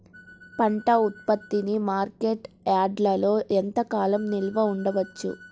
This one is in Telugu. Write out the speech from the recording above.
పంట ఉత్పత్తిని మార్కెట్ యార్డ్లలో ఎంతకాలం నిల్వ ఉంచవచ్చు?